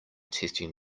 testing